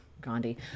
Gandhi